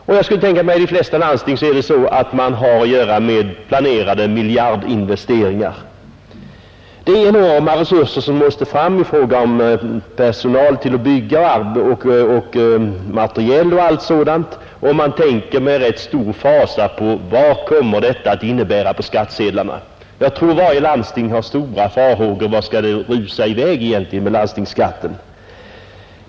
Och jag skulle tänka mig att i de flesta landsting är det så att man har att göra med planerade miljardinvesteringar. Det är enorma resurser som måste fram i fråga om personal till att bygga och materiel och allt sådant, och man tänker med rätt stor fasa på vad detta kommer att innebära på skattsedlarna. Jag tror att varje landsting har stora farhågor för vart det egentligen skall rusa i väg med landstingsskatten.